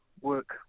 work